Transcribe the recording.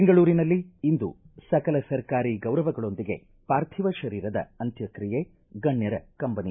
ಬೆಂಗಳೂರಿನಲ್ಲಿ ಇಂದು ಸಕಲ ಸರ್ಕಾರಿ ಗೌರವಗಳೊಂದಿಗೆ ಪಾರ್ಥಿವ ಶರೀರದ ಅಂತ್ಯಕ್ರಿಯೆ ಗಣ್ಯರ ಕಂಬನಿ